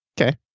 Okay